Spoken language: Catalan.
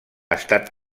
estat